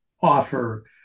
offer